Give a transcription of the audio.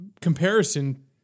comparison